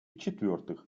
четвертых